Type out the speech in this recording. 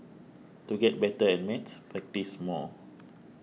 to get better at maths practise more